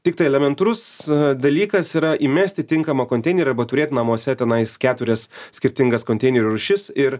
tiktai elementarus dalykas yra įmest į tinkamą konteinerį ir arba turėt namuose tenai keturias skirtingas konteinerių rūšis ir